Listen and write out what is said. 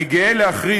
אני גאה להכריז,